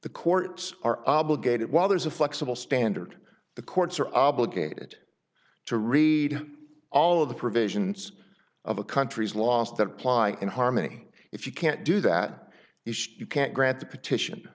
the courts are obligated while there's a flexible standard the courts are obligated to read all of the provisions of a country's laws that apply in harmony if you can't do that if you can't grant the petition